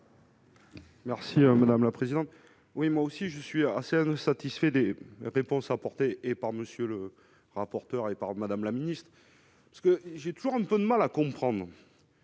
Merci madame la présidente, oui, moi aussi je suis ne satisfait des réponses apportées et par monsieur le rapporteur, et pardon, Madame la Ministre, ce que j'ai toujours un peu de mal à comprendre.